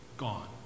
Gone